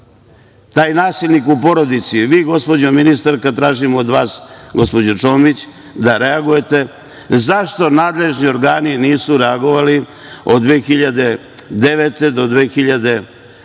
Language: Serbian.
taj nasilnik u porodici, vi gospođo ministarka, tražim od vas, gospođo Čomić, da reagujete zašto nadležni organi nisu reagovali od 2014. do 2019.